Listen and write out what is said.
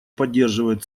поддерживает